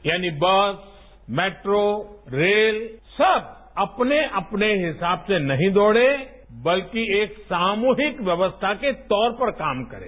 यानि bus metro rail सब अपने अपने हिसाब से नहीं दौड़े बल्कि एक सामूहिक व्यवस्था के तौर पर काम करें